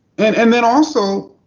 and and then also,